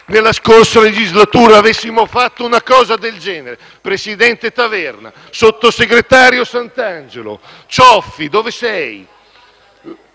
nella scorsa legislatura avessimo fatto una cosa del genere, presidente Taverna, sottosegretario Santangelo (Cioffi, dove sei?